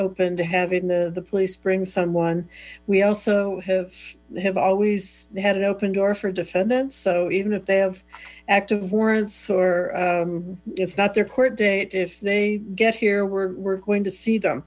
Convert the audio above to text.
open to having the police bring someone we also have have always had an open door for defendants so even if they have active warrants or it's not their court date if they get here we're going to see them